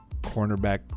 cornerback